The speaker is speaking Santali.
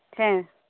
ᱦᱮᱸ